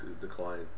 decline